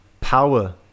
power